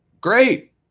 great